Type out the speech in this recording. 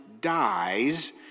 dies